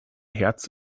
herz